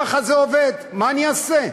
ככה זה עובד, מה אני אעשה?